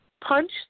punch